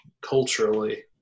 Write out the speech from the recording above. culturally